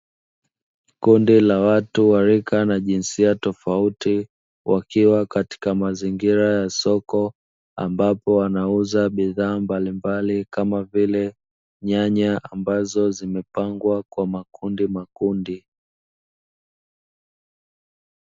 Kundi la watu wa rika na jinsia tofauti, wakiwa katika mazingira ya soko, ambapo wanauza bidhaa mbalimbali kama vile: Nyanya ambazo zimepangwa kwa makundi.